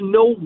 no